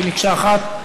כמקשה אחת,